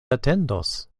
atendos